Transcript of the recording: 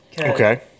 Okay